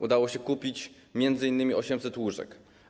Udało się kupić m.in. 800 łóżek.